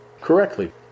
correctly